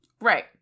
Right